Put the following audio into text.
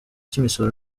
cy’imisoro